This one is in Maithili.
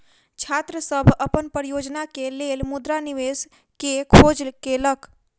छात्र सभ अपन परियोजना के लेल मुद्रा निवेश के खोज केलक